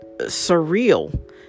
surreal